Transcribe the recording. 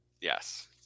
Yes